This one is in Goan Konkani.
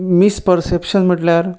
मिसपरसेप्शन म्हटल्यार